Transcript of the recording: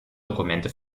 dokumente